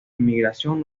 inmigración